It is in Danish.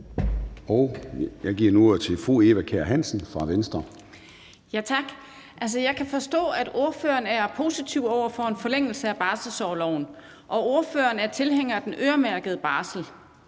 Jeg giver nu ordet til fru Eva Kjer Hansen fra Venstre. Kl. 16:25 Eva Kjer Hansen (V): Tak. Jeg kan forstå, at ordføreren er positiv over for en forlængelse af barselsorloven, og at ordføreren er tilhænger af den øremærkede barsel.